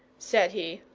said he.